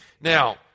Now